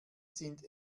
sind